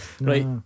Right